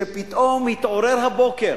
שפתאום התעורר הבוקר,